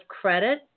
credit